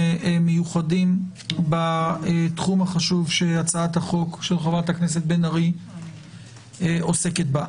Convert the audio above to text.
מיוחדים בתחום החשוב שחברת הכנסת בן ארי עוסקת בו.